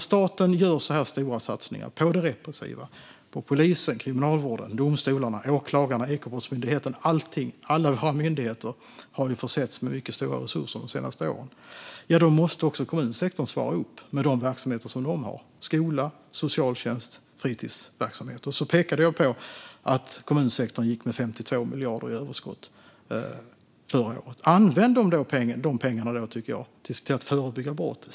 Staten gör stora satsningar på det repressiva - på polisen, kriminalvården, domstolarna, åklagarna och Ekobrottsmyndigheten. Alla våra myndigheter har försetts med mycket stora resurser de senaste åren. Då måste kommunsektorn svara upp med de verksamheter man har, som skola, socialtjänst och fritidsverksamhet. Jag pekade på att kommunsektorn gick med 52 miljarder i överskott förra året. Jag tycker att man bör använda dessa pengar till att förebygga brott.